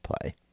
play